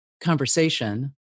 conversation